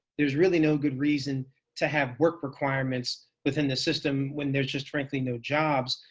there's really no good reason to have work requirements within the system when there's just frankly no jobs.